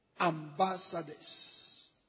ambassadors